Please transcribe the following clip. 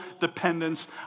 dependence